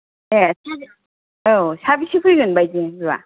ए औ साबैसो फैगोन बायदि नोंसोरबा